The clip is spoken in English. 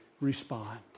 respond